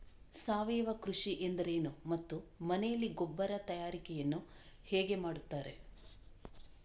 ಸಾವಯವ ಕೃಷಿ ಎಂದರೇನು ಮತ್ತು ಮನೆಯಲ್ಲಿ ಗೊಬ್ಬರ ತಯಾರಿಕೆ ಯನ್ನು ಹೇಗೆ ಮಾಡುತ್ತಾರೆ?